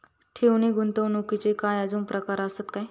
ठेव नी गुंतवणूकचे काय आजुन प्रकार आसत काय?